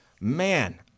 Man